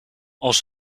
als